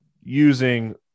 using